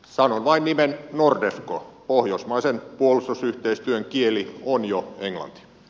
sanon vain nimen nordefco pohjoismaisen puolustusyhteistyön kieli on jo englanti